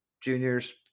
juniors